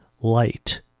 light